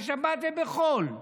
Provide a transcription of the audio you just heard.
בשבת ובחול.